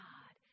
God